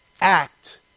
act